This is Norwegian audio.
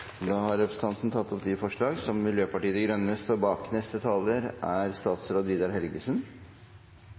Da har representanten Hansson tatt opp det forslaget Miljøpartiet De Grønne står bak. Ofte dreier stortingsmeldinger seg om samfunnsproblemer eller komplekse utfordringer. Det er